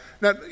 Now